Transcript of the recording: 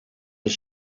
his